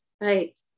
right